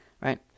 right